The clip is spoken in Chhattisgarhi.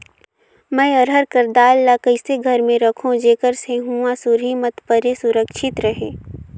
मैं अरहर कर दाल ला कइसे घर मे रखों जेकर से हुंआ सुरही मत परे सुरक्षित रहे?